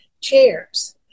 chairs